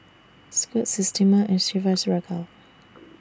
Scoot Systema and Chivas Regal